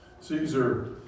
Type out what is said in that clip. Caesar